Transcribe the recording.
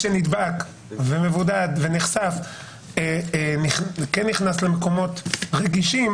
שנדבק ומבודד ונחשף כן נכנס למקומות רגישים,